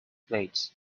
plates